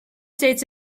states